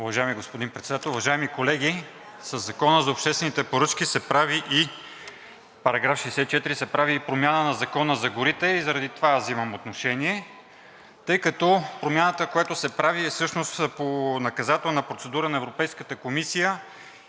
Уважаеми господин Председател, уважаеми колеги! Със Закона за обществените поръчки и § 64 се прави промяна на Закона за горите и заради това аз взимам отношение. Тъй като промяната, която се прави, е всъщност по наказателна процедура на Европейската комисия